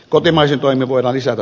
kotimaisen tuen voida lisätä